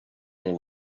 and